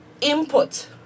input